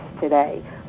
today